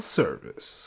service